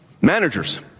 managers